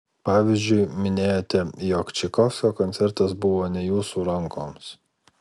pavyzdžiui minėjote jog čaikovskio koncertas buvo ne jūsų rankoms